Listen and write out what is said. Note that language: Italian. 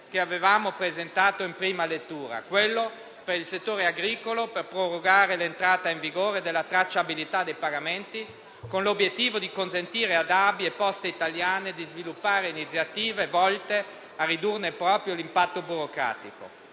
che avevamo presentato in prima lettura: quelli per il settore agricolo, per prorogare l'entrata in vigore della tracciabilità dei pagamenti, con l'obiettivo di consentire ad ABI e Poste Italiane di sviluppare iniziative volte a ridurne proprio l'impatto burocratico;